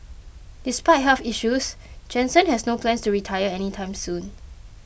despite health issues Jansen has no plans to retire any time soon